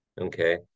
Okay